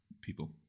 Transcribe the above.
people